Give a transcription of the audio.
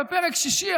בפרק השישי,